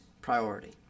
priority